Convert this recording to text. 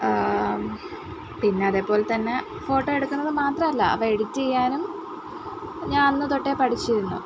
പിന്നതേപോലെതന്നെ photo എടുക്കുന്നത് മാത്രമല്ല അവ എഡിറ്റ് ചെയ്യാനും ഞാനന്ന് തൊട്ടേ പഠിച്ചിരുന്നു